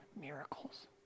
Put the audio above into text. miracles